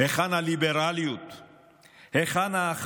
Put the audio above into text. היכן הליברליות?